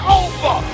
over